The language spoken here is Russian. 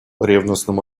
ревностным